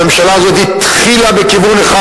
הממשלה הזאת התחילה בכיוון אחד,